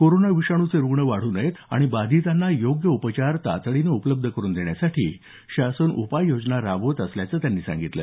corona विषाणूचे रुग्ण वाढू नयेत आणि बाधितांना योग्य उपचार तातडीनं उपलब्ध करुन देण्यासाठी शासन उपाययोजना राबवत असल्याचं त्यांनी सांगितलं